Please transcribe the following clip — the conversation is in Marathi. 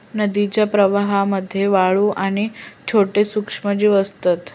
नदीच्या प्रवाहामध्ये वाळू आणि छोटे सूक्ष्मजीव असतत